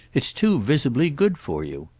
it's too visibly good for you.